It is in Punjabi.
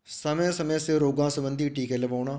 ਸਮੇਂ ਸਮੇਂ ਸਿਰ ਰੋਗਾਂ ਸੰਬੰਧੀ ਟੀਕੇ ਲਵਾਉਣਾ